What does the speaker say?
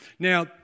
Now